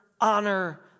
honor